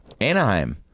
Anaheim